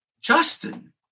Justin